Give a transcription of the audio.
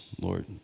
Lord